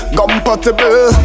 compatible